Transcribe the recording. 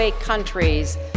countries